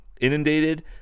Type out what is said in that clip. inundated